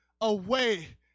away